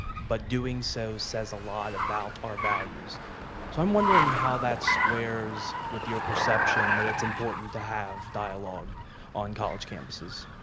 but doing so says a lot about our values so i'm wondering how that squares with your perception that it's important to have dialogue on college campuses.